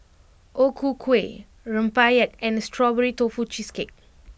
O Ku Kueh Rempeyek and Strawberry Tofu Cheesecake